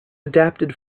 adapted